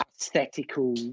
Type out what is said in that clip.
aesthetical